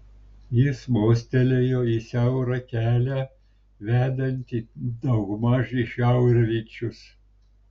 jis mostelėjo į siaurą kelią vedantį daugmaž į šiaurryčius